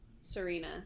Serena